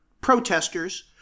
protesters